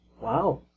Wow